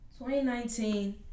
2019